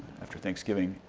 after thanksgiving,